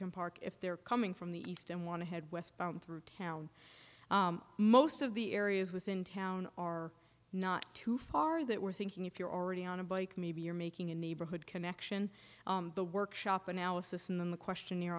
can park if they're coming from the east and want to head west through town most of the areas within town are not too far that we're thinking if you're already on a bike maybe you're making a neighborhood connection the workshop analysis in the questionnaire